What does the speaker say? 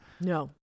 No